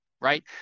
right